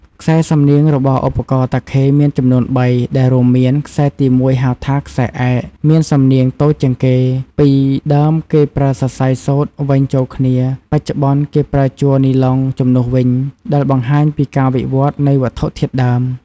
ខ្សែសំនៀងរបស់ឧបករណ៍តាខេមានចំនួនបី ដែលរួមមាន ខ្សែទីមួយ ហៅថា ខ្សែឯក មានសំនៀងតូចជាងគេ ពីដើមគេប្រើសរសៃសូត្រវេញចូលគ្នា បច្ចុប្បន្នគេប្រើជ័រនីឡុងជំនួសវិញ ដែលបង្ហាញពីការវិវត្តន៍នៃវត្ថុធាតុដើម។